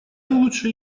лучше